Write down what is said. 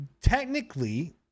technically